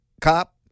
cop